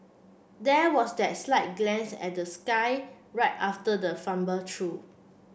there was that slight glance at the sky right after the fumble true